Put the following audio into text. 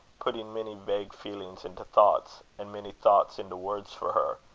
putting many vague feelings into thoughts, and many thoughts into words for her,